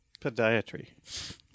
podiatry